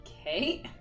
Okay